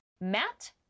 Matt